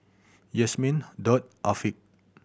Yasmin Daud Afiq